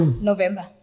November